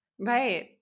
Right